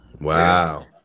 wow